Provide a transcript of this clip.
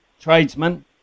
tradesman